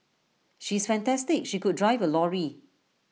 she is fantastic she could drive A lorry